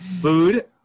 food